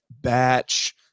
batch